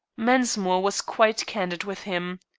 mensmore was quite candid with him.